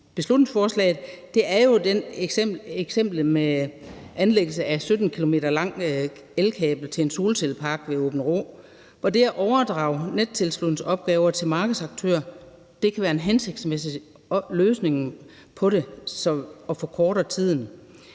beslutningsforslaget, er jo eksemplet med anlæggelse af et 17 km langt elkabel til en solcellepark ved Aabenraa. Det at overdrage nettilslutningsopgaver til markedsaktører kan være en hensigtsmæssig løsning, som forkorter tiden.